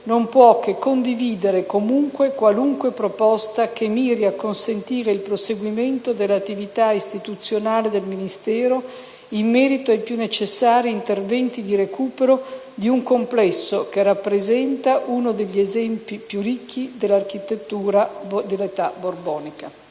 non può che condividere comunque qualunque proposta che miri a consentire il proseguimento della sua attività istituzionale in merito ai più necessari interventi di recupero di un complesso che rappresenta uno degli esempi più ricchi dell'architettura dell'età borbonica.